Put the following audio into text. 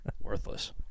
Worthless